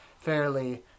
fairly